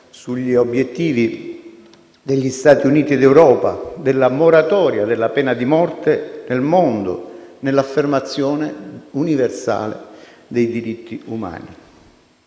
sugli obiettivi degli Stati Uniti d'Europa, della moratoria della pena di morte nel mondo e dell'affermazione universale dei diritti umani.